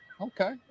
Okay